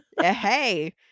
hey